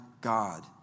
God